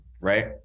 right